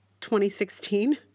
2016